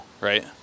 right